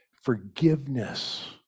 forgiveness